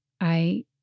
I